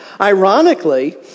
Ironically